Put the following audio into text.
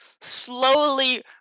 slowly